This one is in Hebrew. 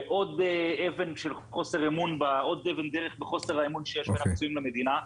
בעוד אבן דרך בחוסר אמון שיש בין הפצועים למדינה,